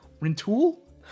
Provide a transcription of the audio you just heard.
Rintoul